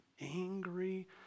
angry